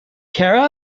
care